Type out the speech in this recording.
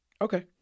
Okay